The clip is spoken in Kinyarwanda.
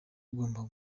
ugomba